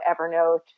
Evernote